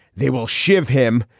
they will shift him.